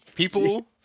People